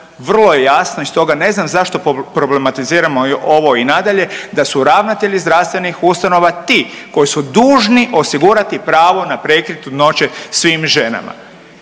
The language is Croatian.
vrlo je jasno i stoga ne znam zašto problematiziramo ovo i nadalje, da su ravnatelji zdravstvenih ustanova ti koji su dužni osigurati pravo na prekid trudnoće svim ženama.